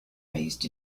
raised